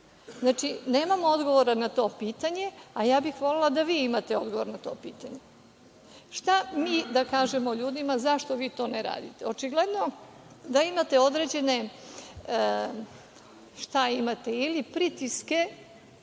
Znači, nemamo odgovor na to pitanje, a ja bih volela da vi imate odgovor na to pitanje. Šta mi da kažemo ljudima zašto vi to ne radite? Očigledno je da imate određene ili pritiske